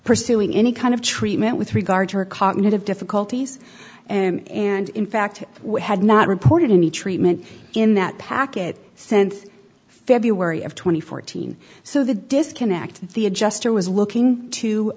pursuing any kind of treatment with regard to her cognitive difficulties and and in fact had not reported any treatment in that packet since february of two thousand and fourteen so the disconnect the adjuster was looking to